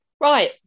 Right